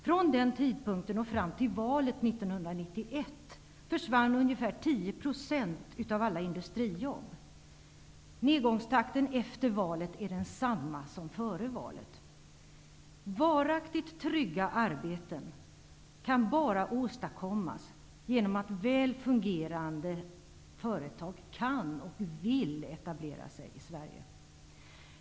Från den tidpunkten och fram till valet 1991 försvann ungefär 10 % av alla industrijobb. Nedgångstakten efter valet är densamma som före valet. Varaktigt trygga arbeten kan åstadkommas bara genom att väl fungerande företag kan och vill etablera sig i Sverige.